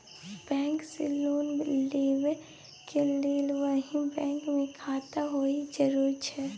Bank से loan लेबै के लेल वही बैंक मे खाता होय जरुरी छै?